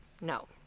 no